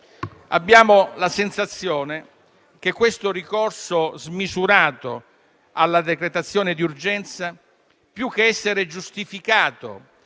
Abbiamo la sensazione che il ricorso smisurato alla decretazione di urgenza, più che essere giustificato